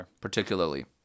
particularly